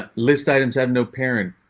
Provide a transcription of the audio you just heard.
ah list items have no parent,